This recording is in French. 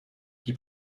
qui